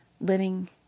living